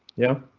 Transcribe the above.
yeah,